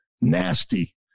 nasty